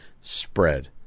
spread